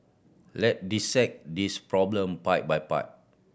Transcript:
let dissect this problem part by part